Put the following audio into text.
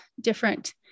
different